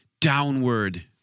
downward